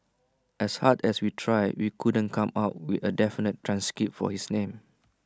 as hard as we tried we couldn't come up with A definitive transcript for his name